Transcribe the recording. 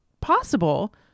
possible